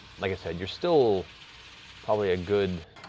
like i said, you're still probably a good